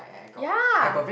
ya